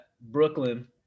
Brooklyn